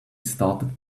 started